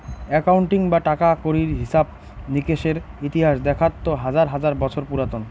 accounting বা টাকা কড়ির হিছাব নিকেসের ইতিহাস দেখাত তো হাজার হাজার বছর পুরাতন